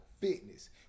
Fitness